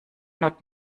not